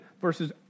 verses